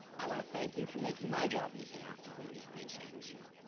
i want to thank you for making my job easier to bring these great students here.